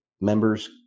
members